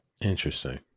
interesting